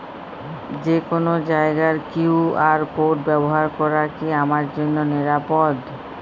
যে কোনো জায়গার কিউ.আর কোড ব্যবহার করা কি আমার জন্য নিরাপদ?